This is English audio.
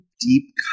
deep